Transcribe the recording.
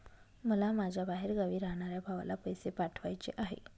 मला माझ्या बाहेरगावी राहणाऱ्या भावाला पैसे पाठवायचे आहे